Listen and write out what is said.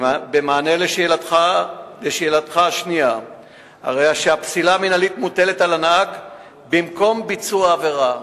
2. הפסילה המינהלית מוטלת על הנהג במקום ביצוע העבירה